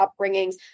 upbringings